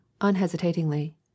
unhesitatingly